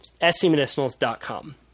scmedicinals.com